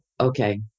okay